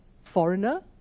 Foreigner